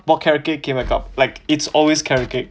bought carrot cake came back up like it's always carrot cake